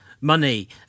money